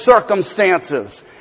circumstances